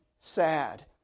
sad